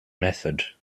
method